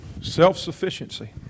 Self-sufficiency